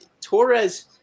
Torres